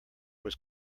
was